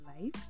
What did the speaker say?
life